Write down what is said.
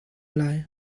lai